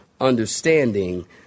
understanding